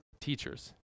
teachers